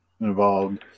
involved